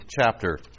chapter